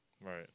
Right